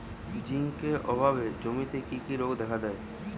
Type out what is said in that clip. Zinc অভাবে জমিতে কি কি রোগ দেখাদেয়?